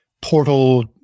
portal